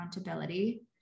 accountability